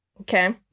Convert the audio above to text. okay